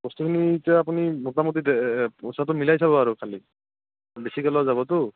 বস্তুখিনি এতিয়া আপুনি মোটামুটি পইচাটো মিলাই চাব আৰু খালি বেছিকৈ লোৱা যাবতো